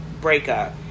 breakup